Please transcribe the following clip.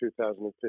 2015